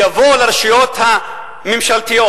יבואו לרשויות הממשלתיות,